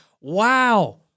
Wow